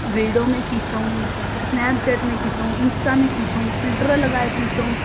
video में खीचूं Snapchat में खीचूं इंस्टा में खीचूं फिल्टर लॻाए खीचूं